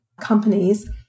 companies